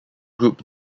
group